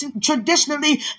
traditionally